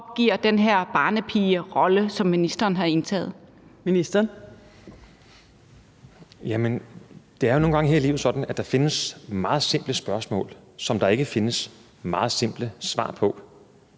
Kl. 14:39 Sundheds- og ældreministeren (Magnus Heunicke): Jamen det er jo nogle gange her i livet sådan, at der findes meget simple spørgsmål, som der ikke findes meget simple svar på.